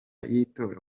y’itora